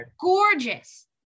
gorgeous